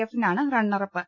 എഫാണ് runner-up